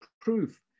proof